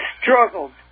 struggled